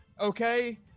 Okay